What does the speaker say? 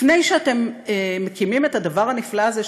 לפני שאתם מקימים את הדבר הנפלא הזה,